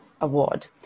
Award